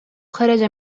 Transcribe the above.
خرج